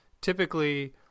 typically